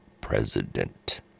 president